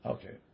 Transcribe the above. Okay